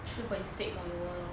three point six or lower lor